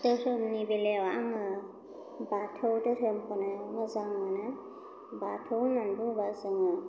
धोरोमनि बेलायाव आङो बाथौ धोरोमखौनो मोजां मोनो बाथौ होन्नानै बुङोबा जोङो